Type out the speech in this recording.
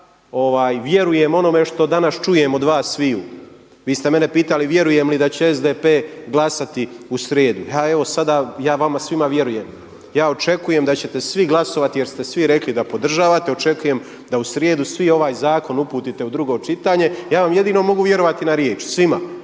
Ja vjerujem onome što danas čujem od vas svih, vi ste mene pitali vjerujem li da će SDP glasati u srijedu. A evo sada ja vama svima vjerujem. Ja očekujem da ćete svi glasovati jer ste svi rekli da podržavate, očekujem da u srijedu svi ovaj zakon uputite u drugo čitanje. Ja vam jedino mogu vjerovati na riječ svima.